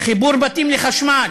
חיבור בתים לחשמל,